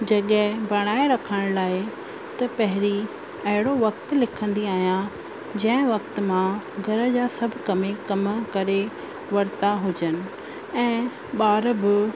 जॻह बणाए रखण लाइ त पहिरीं अहिड़ो वक़्तु लिखंदी आहियां जंहिं वक़्तु मां घर जा सभु कम कम करे वरिता हुजनि ऐं ॿार बि